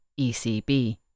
ECB